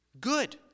good